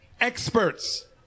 experts